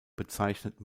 bezeichnet